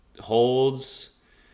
Holds